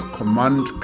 Command